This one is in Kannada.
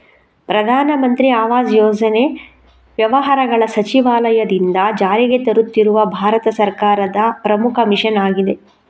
ಪ್ರಧಾನ ಮಂತ್ರಿ ಆವಾಸ್ ಯೋಜನೆ ವ್ಯವಹಾರಗಳ ಸಚಿವಾಲಯದಿಂದ ಜಾರಿಗೆ ತರುತ್ತಿರುವ ಭಾರತ ಸರ್ಕಾರದ ಪ್ರಮುಖ ಮಿಷನ್ ಆಗಿದೆ